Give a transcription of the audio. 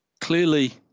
clearly